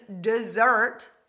dessert